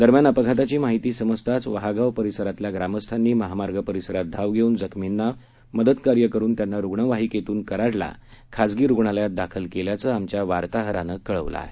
दरम्यान अपघाताची माहिती समजताच वहागाव परिसरातल्या ग्रामस्थांनी महामार्ग परिसरात धाव घेऊन जखमींना मदत कार्य करुन त्यांना रुग्णवाहिकेतून कराडला खाजगी रुग्णालयात दाखल केल्याचं आमच्या वार्ताहरानं कळवलं आहे